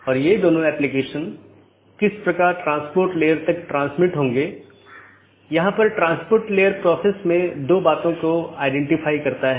और यदि हम AS प्रकारों को देखते हैं तो BGP मुख्य रूप से ऑटॉनमस सिस्टमों के 3 प्रकारों को परिभाषित करता है